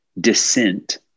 Descent